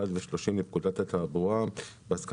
ו-30 לפקודת התעבורה (להלן הפקודה),